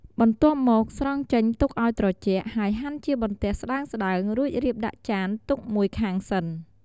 បន្ទាប់មក ស្រង់ចេញទុកឲ្យត្រជាក់ ហើយហាន់ជាបន្ទះស្តើងៗ រួចរៀបដាក់ចានទុកមួយខាងសិន។